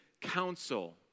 counsel